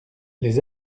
les